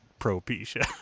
propecia